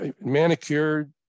manicured